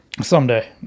Someday